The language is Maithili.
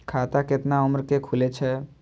खाता केतना उम्र के खुले छै?